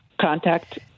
contact